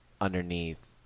underneath